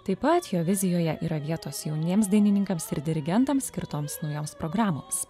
taip pat jo vizijoje yra vietos jauniems dainininkams ir dirigentams skirtoms naujoms programoms